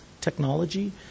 technology